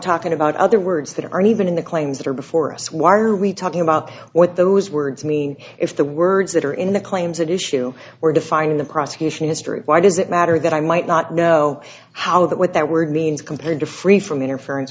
talking about other words that aren't even in the claims that are before us why are we talking about what those words mean if the words that are in the claims an issue we're defining the prosecution is true why does it matter that i might not know how that what that word means compared to free from interference